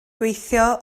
gweithio